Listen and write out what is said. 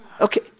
okay